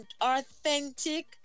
authentic